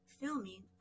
filming